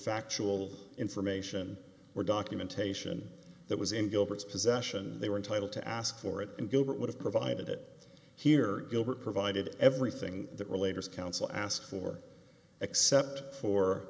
factual information or documentation that was in gilbert's possession they were entitled to ask for it and go but would have provided it here gilbert provided everything that related counsel asked for except for